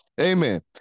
Amen